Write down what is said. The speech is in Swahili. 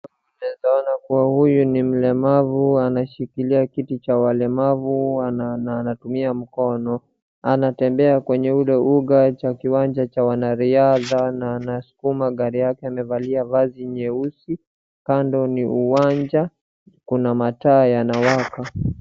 Naeza ona kuwa huyu ni mlemavu anashikilia kiti cha walemavu na anatumia mkono, anatembea kwenye ule uga cha kiwanja cha wanariadha na anasukuma gari yake, amevalia vazi nyeusi, kando ni uwanja, kuna mataa yanawaka.